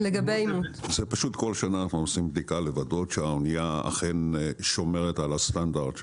כל שנה אנחנו עושים בדיקה לוודא שהאנייה אכן שומרת על הסטנדרט שלה.